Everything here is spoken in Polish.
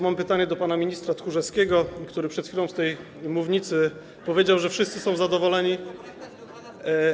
Mam pytanie do pana ministra Tchórzewskiego, który przed chwilą z tej mównicy powiedział, że wszyscy są zadowoleni.